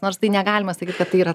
nors tai negalima sakyt kad tai yra